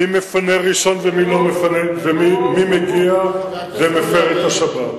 מי מפנה ראשון ומי מגיע ומפר את השבת.